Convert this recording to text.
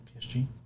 PSG